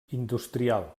industrial